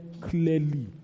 clearly